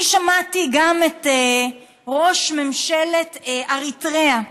אני שמעתי גם את ראש ממשלת אריתריאה,